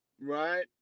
right